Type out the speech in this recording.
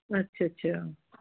ਅੱਛਾ ਅੱਛਾ